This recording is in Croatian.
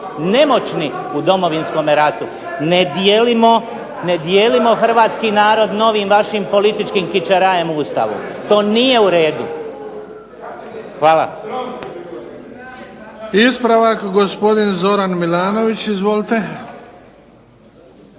nemoćni u Domovinskome ratu. Ne dijelimo hrvatski narod novim vašim političkim kićerajem u Ustavu. To nije u redu. Hvala. **Bebić, Luka (HDZ)** Ispravak, gospodin Zoran Milanović. Izvolite.